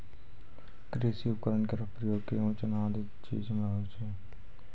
कृषि उपकरण केरो प्रयोग गेंहू, चना आदि चीज म होय छै